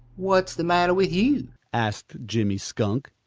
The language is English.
what's the matter with you? asked jimmy skunk,